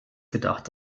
gedacht